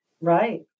right